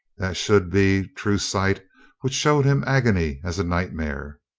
that should be true sight which showed him agony as a nightmare,